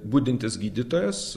budintis gydytojas